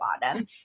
bottom